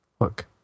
look